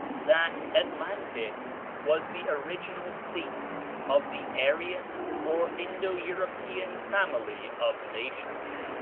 that atlantis was the original seat of the aryan or indo-european family of nations,